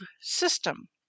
system